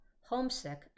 Homesick